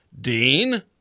Dean